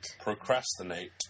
Procrastinate